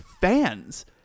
fans